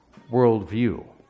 worldview